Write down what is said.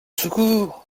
secours